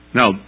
Now